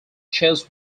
chess